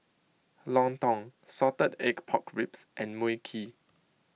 Lontong Salted Egg Pork Ribs and Mui Kee